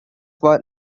for